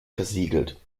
versiegelt